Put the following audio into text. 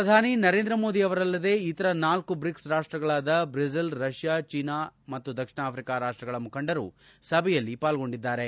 ಪ್ರಧಾನಿ ನರೇಂದ್ರ ಮೋದಿ ಅವರಲ್ಲದೆ ಇತರ ನಾಲ್ಕು ಬ್ರಿಕ್ಸ್ ರಾಷ್ಟಗಳಾದ ಬ್ರೆಜಿಲ್ ರಷ್ಯಾ ಚೀನಾ ಮತ್ತು ದಕ್ಷಿಣ ಆಫ್ರಿಕಾ ರಾಷ್ಟಗಳ ಮುಖಂಡರು ಸಭೆಯಲ್ಲಿ ಪಾಲ್ಗೊಂಡಿದ್ದಾರೆ